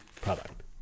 product